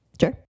Sure